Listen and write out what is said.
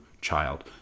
child